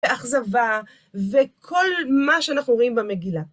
ואכזבה, וכל מה שאנחנו רואים במגילה.